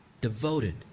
devoted